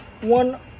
one